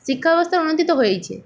শিক্ষা ব্যবস্থার উন্নতি তো হয়েইছে